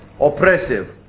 oppressive